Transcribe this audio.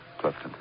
Clifton